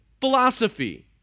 philosophy